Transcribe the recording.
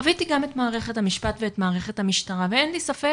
חוויתי גם את מערכת המשפט ומערכת המשטרה ואין לי ספק,